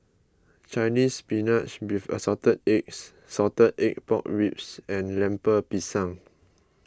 Chinese Spinach with Assorted Eggs Salted Egg Pork Ribs and Lemper Pisang